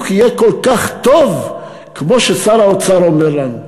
יהיה כל כך טוב כמו ששר האוצר אומר לנו.